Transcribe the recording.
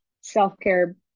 self-care